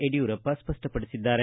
ಯಡಿಯೂರಪ್ಪ ಸ್ಪಷ್ಟಪಡಿಸಿದ್ದಾರೆ